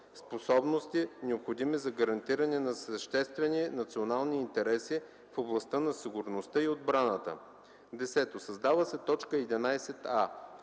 способности, необходими за гарантиране на съществени национални интереси в областта на сигурността и отбраната.” 10. Създава се т. 11а: